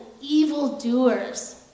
evildoers